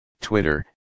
twitter